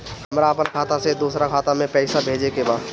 हमरा आपन खाता से दोसरा खाता में पइसा भेजे के बा